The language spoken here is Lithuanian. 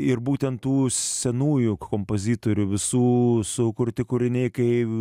ir būtent tų senųjų kompozitorių visų sukurti kūriniai kaip